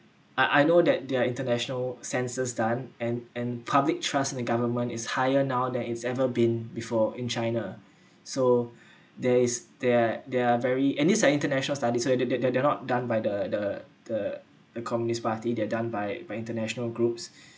I I know that there are international census done and and public trust in the government is higher now than it's ever been before in china so there is there there are very and these are international studies so that that that they they're not done by the the the the communist party they're done by by international groups